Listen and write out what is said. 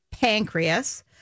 pancreas